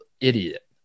idiot